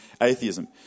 atheism